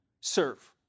serve